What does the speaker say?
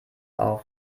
auf